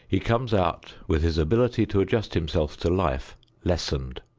he comes out with his ability to adjust himself to life lessened.